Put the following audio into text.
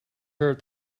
heard